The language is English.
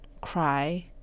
cry